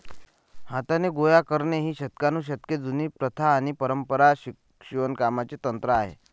हाताने गोळा करणे ही शतकानुशतके जुनी प्रथा आणि पारंपारिक शिवणकामाचे तंत्र आहे